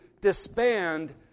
disband